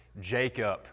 Jacob